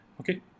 Okay